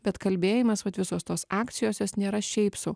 bet kalbėjimas vat visos tos akcijos jos nėra šiaip sau